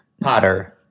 Potter